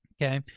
okay.